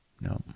No